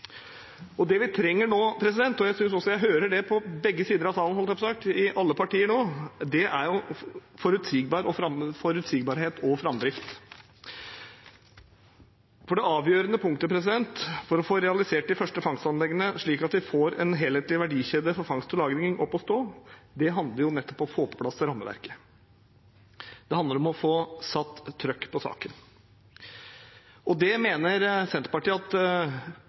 fagbevegelsen. Det vi trenger nå – og jeg synes jeg hører det fra alle partier nå – er forutsigbarhet og framdrift, for det avgjørende punktet for å få realisert de første fangstanleggene slik at vi får en helhetlig verdikjede for fangst og lagring opp og stå, handler om å få på plass rammeverket. Det handler om å få satt trykk på saken. Det mener Senterpartiet at